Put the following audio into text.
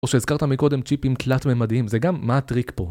או שהזכרת מקודם צ'יפים תלת ממדיים, זה גם מה הטריק פה